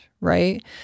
right